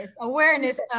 awareness